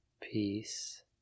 peace